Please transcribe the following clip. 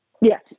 Yes